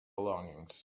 belongings